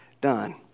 done